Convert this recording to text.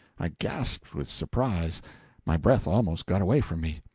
i gasped with surprise my breath almost got away from me.